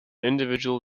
individual